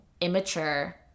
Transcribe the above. immature